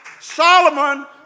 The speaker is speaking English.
Solomon